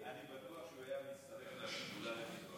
אני בטוח שהוא היה מצטרף לשדולה למען הנגב.